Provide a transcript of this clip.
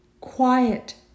quiet